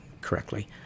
correctly